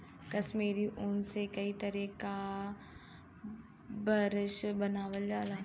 कसमीरी ऊन से कई तरे क बरस बनावल जाला